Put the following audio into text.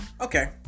okay